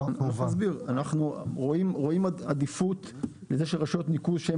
אנחנו רואים עדיפות לכך שרשויות ניקוז שהן